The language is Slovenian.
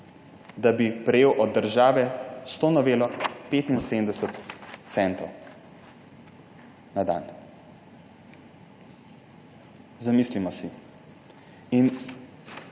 da bi prejel od države s to novelo 75 centov na dan. Zamislimo si.